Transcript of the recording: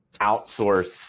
outsource